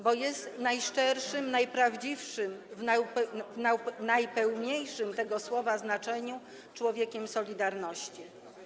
bo jest najszczerszym, najprawdziwszym, w najpełniejszym tego słowa znaczeniu, człowiekiem solidarności.